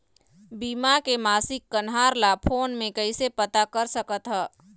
बीमा के मासिक कन्हार ला फ़ोन मे कइसे पता सकत ह?